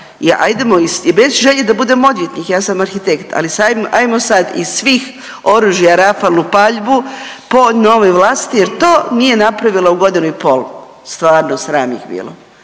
i bez želje da budem odvjetnik, ja sam arhitekt, ali ajmo sad iz svih oružja rafalnu paljbu po novoj vlasti jer to nije napravilo u godinu i pol. Stvarno sram ih bilo,